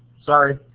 sorry.